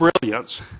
brilliance